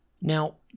Now